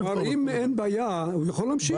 אם אין בעיה, הוא יכול להמשיך.